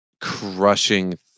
crushing